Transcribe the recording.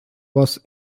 was